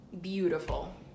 beautiful